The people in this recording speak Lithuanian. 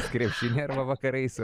krepšinį arba vakarais